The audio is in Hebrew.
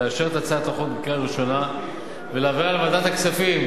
לאשר את הצעת החוק בקריאה ראשונה ולהעבירה לוועדת הכספים,